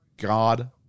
God